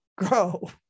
Grow